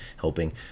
helping